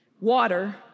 water